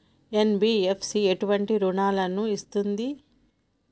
NBFC ఎటువంటి రుణాలను ఇస్తుంది?